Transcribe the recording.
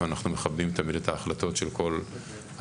ואנחנו מכבדים תמיד את ההחלטות של כל אדם,